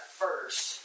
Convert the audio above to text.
first